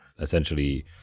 essentially